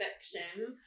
fiction